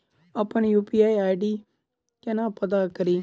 अप्पन UPI ID केना पत्ता कड़ी?